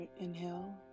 inhale